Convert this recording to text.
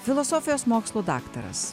filosofijos mokslų daktaras